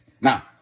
Now